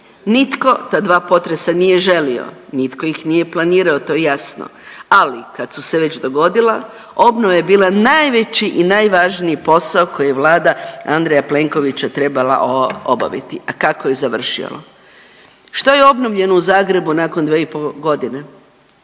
Nitko ta dva potresa nije želio, nitko ih nije planirao, to je jasno, ali kad su se već dogodila, obnova je bila najveći i najvažniji posao koji je Vlada Andreja Plenkovića trebala obaviti, a kako je završilo? Što je obnovljeno u Zagrebu nakon 2,5 godine?